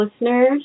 listeners